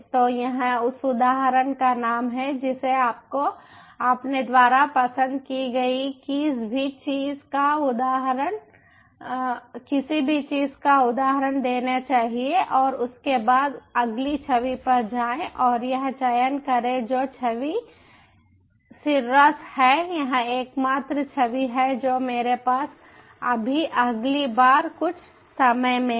तो यह उस उदाहरण का नाम है जिसे आपको अपने द्वारा पसंद की गई किसी भी चीज़ का उदाहरण देना चाहिए और उसके बाद अगली छवि पर जाएं और यह चयन करें जो छवि सिररोस है यह एकमात्र छवि है जो मेरे पास अभी अगली बार कुछ समय में है